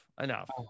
enough